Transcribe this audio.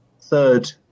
third